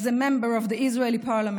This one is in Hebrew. as a member of the Israeli Parliament,